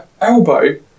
elbow